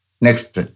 Next